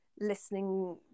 listening